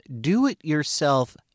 Do-It-Yourself